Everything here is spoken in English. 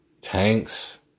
tanks